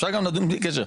אפשר גם לדון בלי קשר,